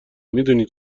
میدونی